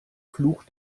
fluch